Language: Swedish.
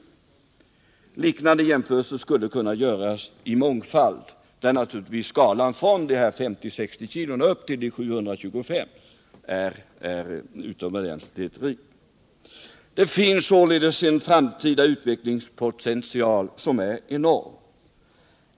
En mångfald liknande jämförelser skulle kunna göras, där naturligtvis skalan från 50-60 kilo upp till 725 kilo är utomordentligt rik. Det finns således en framtida utvecklingspotential som är enorm.